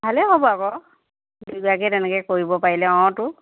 ভালেই হ'ব আকৌ দুইভাগেই তেনেকে কৰিব পাৰিলে অঁতো